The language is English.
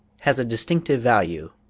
has a distinctive value,